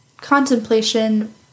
contemplation